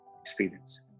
experience